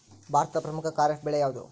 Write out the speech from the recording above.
ಭಾರತದ ಪ್ರಮುಖ ಖಾರೇಫ್ ಬೆಳೆ ಯಾವುದು?